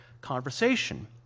conversation